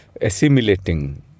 assimilating